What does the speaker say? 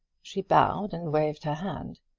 she bowed and waved her hand.